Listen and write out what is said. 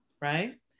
Right